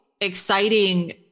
exciting